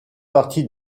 partie